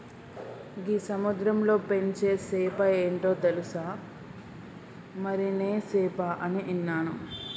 గీ సముద్రంలో పెంచే సేప ఏంటో తెలుసా, మరినే సేప అని ఇన్నాను